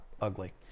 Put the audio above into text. ugly